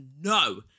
No